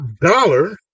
dollar